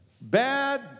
bad